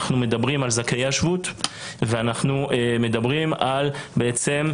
אנחנו מדברים על זכאי השבות ועל התייעלות